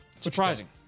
surprising